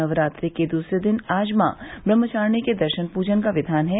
नवरात्र के दूसरे दिन आज मॉ ब्रम्हचारिणी के दर्शन पूजन का विधान है